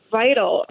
vital